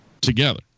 together